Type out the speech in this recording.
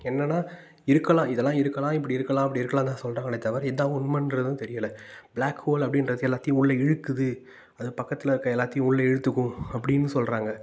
என்னென்னா இருக்கலாம் இதெல்லாம் இருக்கலாம் இப்படி இருக்கலாம் அப்படி இருக்கலாம்னு தான் சொல்கிறாங்களே தவிர இதுதான் உண்மைன்றதும் தெரியலை ப்ளாக் ஹோல் அப்படின்றது எல்லாத்தையும் உள்ளே இழுக்குது அது பக்கத்தில் இருக்கிற எல்லாத்தையும் உள்ள இழுத்துக்கும் அப்படின்னு சொல்கிறாங்க